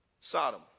Sodom